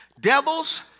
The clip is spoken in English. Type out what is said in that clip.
Devils